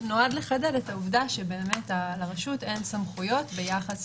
נועד לחדד את העובדה שבאמת לרשות אין סמכויות ביחס